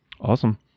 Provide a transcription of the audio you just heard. Awesome